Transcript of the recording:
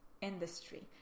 industry